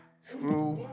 screw